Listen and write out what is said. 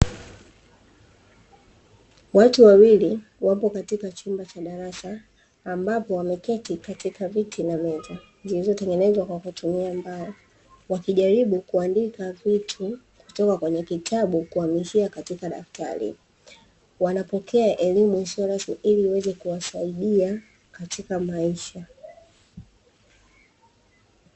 Watu wawili wapo katika chumba cha darasa ambapo wameketi katika viti na meza, zilizotengenezwa kwa kutumia mbao wakijaribu kuandika kitu kutoka kwenye kitabu kuhamishia katika daftari wanapokea elimu isiyo rasmi ili iweze kuwasaidia katika maisha.